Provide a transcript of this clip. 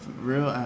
Real